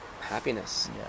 happiness